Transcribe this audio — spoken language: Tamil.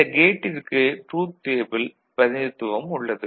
இந்த கேட்டிற்கு ட்ரூத் டேபிள் பிரதிநிதித்துவமும் உள்ளது